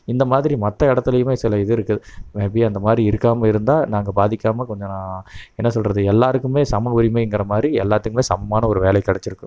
இந்தமாதிரி மற்ற இடத்துலையுமே சில இது இருக்குது மே பி அந்தமாதிரி இருக்காமல் இருந்தால் நாங்கள் பாதிக்காமல் கொஞ்சம் என்ன சொல்வது எல்லாருக்குமே சம உரிமைங்கிற மாதிரி எல்லாத்துக்குமே சமமான ஒரு வேலை கிடைச்சிருக்கும்